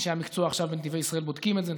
אנשי המקצוע בנתיבי ישראל עכשיו בודקים את זה.